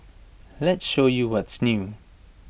let's show you what's new